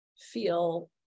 feel